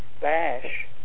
bash